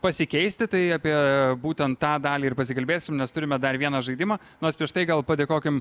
pasikeisti tai apie būtent tą dalį ir pasikalbėsim nes turime dar vieną žaidimą nors prieš tai gal padėkokim